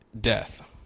death